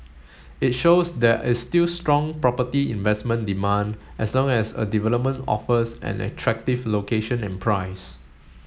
it shows there is still strong property investment demand as long as a development offers an attractive location and price